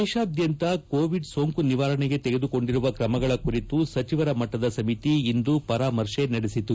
ದೇಶಾದ್ಯಂತ ಕೋವಿಡ್ ಸೋಂಕು ನಿವಾರಣೆಗೆ ತೆಗೆದುಕೊಂಡಿರುವ ಕ್ರಮಗಳ ಕುರಿತು ಸಚಿವರು ಮಟ್ಟದ ಸಮಿತಿ ಇಂದು ಪರಾಮರ್ತೆ ನಡೆಸಿತು